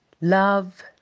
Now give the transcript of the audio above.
Love